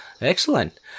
Excellent